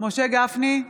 משה גפני,